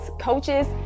coaches